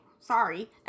sorry